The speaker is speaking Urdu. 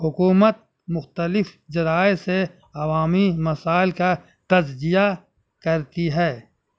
حکومت مختلف ذرائع سے عوامی مسائل کا تجزیہ کرتی ہے